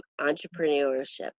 entrepreneurship